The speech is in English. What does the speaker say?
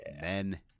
Men